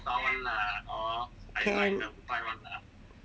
can